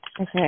Okay